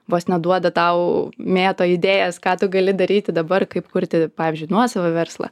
vos neduoda tau mėto idėjas ką tu gali daryti dabar kaip kurti pavyzdžiui nuosavą verslą